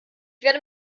werde